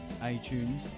iTunes